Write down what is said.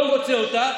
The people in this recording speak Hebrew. לא מוצא אותה,